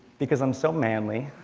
because i'm so manly.